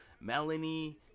Melanie